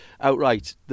outright